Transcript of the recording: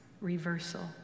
reversal